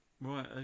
right